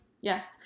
Yes